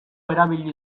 erabili